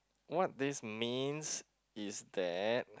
what this means is that